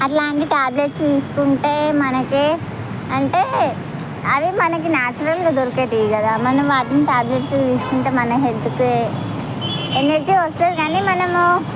అట్లాంటి ట్యాబ్లెట్స్ తీసుకుంటే మనకే అంటే అవి మనకి న్యాచురల్గా దొరికేటివి కదా మనం వాటిని ట్యాబ్లెట్స్గా తీసుకుంటే మన హెల్త్కే ఎనర్జీ వస్తుంది కానీ మనము